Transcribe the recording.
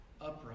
upright